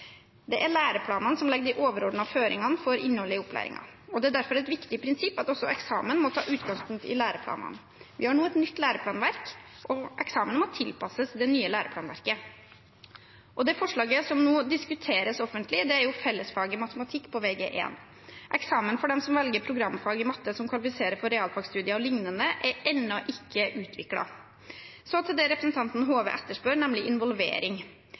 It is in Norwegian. Det er læreplanene som legger de overordnede føringene for innholdet i opplæringen. Det er derfor et viktig prinsipp at også eksamen må ta utgangspunkt i læreplanene. Vi har nå et nytt læreplanverk, og eksamen må tilpasses det nye læreplanverket. Det forslaget som nå diskuteres offentlig, er fellesfaget matematikk på vg1. Eksamen for dem som velger programfag i matte som kvalifiserer for realfagstudier o.l., er ennå ikke utviklet. Så til det representanten Hove etterspør, nemlig involvering.